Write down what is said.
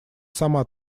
сама